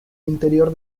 interior